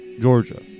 Georgia